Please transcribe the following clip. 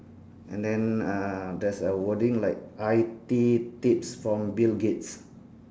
and then uh there's a wording like I_T tips from bill gates